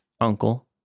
uncle